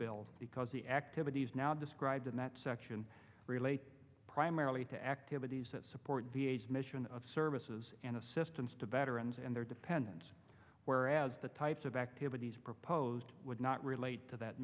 bill because the activities now described in that section relate primarily to activities that support v a s mission of services and assistance to veterans and their dependents whereas the types of activities proposed would not relate to that